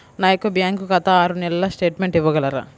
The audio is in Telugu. నా యొక్క బ్యాంకు ఖాతా ఆరు నెలల స్టేట్మెంట్ ఇవ్వగలరా?